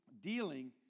Dealing